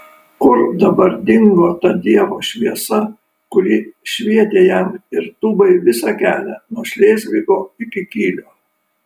kur dabar dingo ta dievo šviesa kuri švietė jam ir tubai visą kelią nuo šlėzvigo iki kylio